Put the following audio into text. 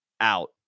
out